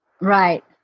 right